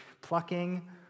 plucking